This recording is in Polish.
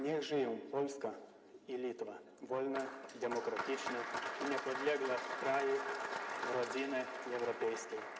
Niech żyją Polska i Litwa, wolne, demokratyczne i niepodległe kraje rodziny europejskiej!